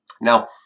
Now